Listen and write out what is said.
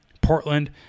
portland